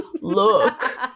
look